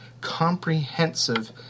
comprehensive